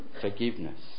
forgiveness